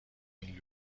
این